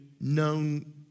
known